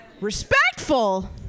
Respectful